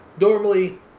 normally